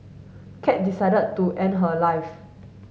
cat decided to end her life